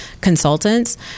consultants